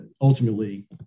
ultimately